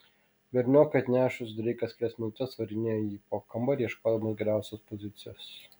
berniokui atnešus dreikas kelias minutes varinėjo jį po kambarį ieškodamas geriausios pozicijos